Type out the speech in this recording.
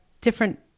different